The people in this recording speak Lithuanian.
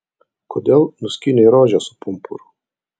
kodėl nuskynei rožę su pumpuru